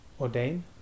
ordain